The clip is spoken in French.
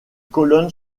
colonnes